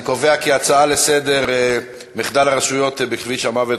אני קובע כי ההצעה לסדר-היום: מחדל הרשויות בכביש המוות,